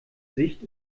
sicht